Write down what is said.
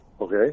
Okay